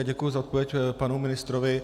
A děkuji za odpověď panu ministrovi.